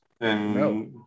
No